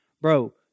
Bro